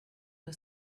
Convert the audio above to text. was